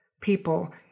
people